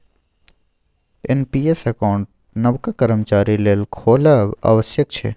NPS account नबका कर्मचारी लेल खोलब आबश्यक छै